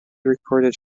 recorded